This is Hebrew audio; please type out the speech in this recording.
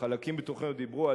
או חלקים בתוכנו דיברו,